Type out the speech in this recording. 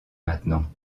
maintenant